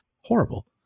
horrible